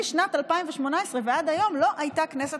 משנת 2018 ועד היום לא הייתה כנסת